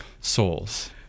souls